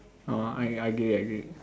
orh I I get it I get it